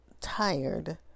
tired